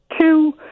two